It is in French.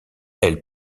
elle